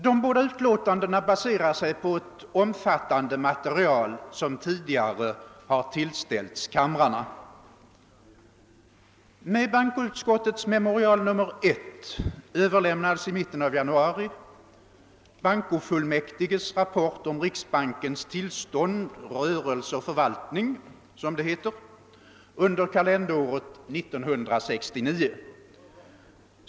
De båda utlåtandena baserar sig på ett omfattande material, som tidigare har tillställts kamrarna. Med bankoutskottets memorial nr 1 överlämnades i mitten av januari bankofullmäktiges rapport om riksbankens tillstånd, rörelse och förvaltning — som det heter — under kalenderåret 1969.